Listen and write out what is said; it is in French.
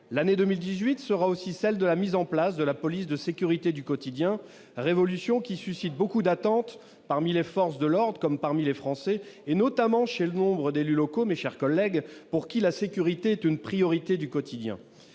l'année 2018 sera aussi celle de la mise en place de la police de sécurité du quotidien révolution qui suscite beaucoup d'attentes parmi les forces de l'ordre comme parmi les Français et notamment chez le nombre d'élus locaux, mes chers collègues, pour qui la sécurité est une priorité du quotidien,